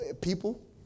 people